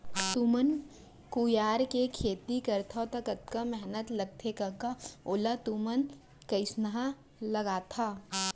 तुमन कुसियार के खेती करथा तौ कतका मेहनत लगथे कका ओला तुमन कइसना लगाथा